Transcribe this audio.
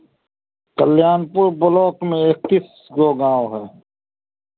Kalyanpur block में एक्कीस गो गाँव हैं